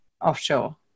offshore